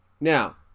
Now